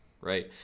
right